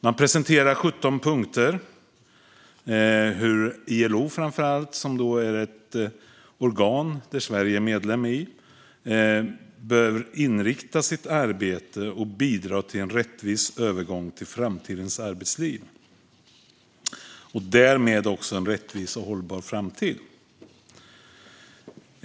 Man presenterar i 17 punkter hur framför allt ILO, ett organ som Sverige är medlem i, bör inrikta sitt arbete och bidra till en rättvis övergång till framtidens arbetsliv och därmed också en rättvis och hållbar framtid.